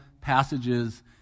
passages